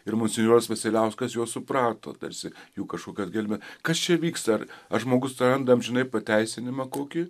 ir monsinjoras vasiliauskas juos suprato tarsi jų kažkokią gelmę kas čia vyksta ar ar žmogus ten amžinai pateisinimą kokį